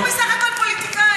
אנחנו בסך הכול פוליטיקאים.